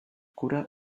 cura